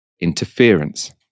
interference